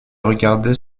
regardait